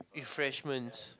refreshments